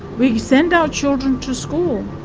we send our children to school.